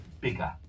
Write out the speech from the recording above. bigger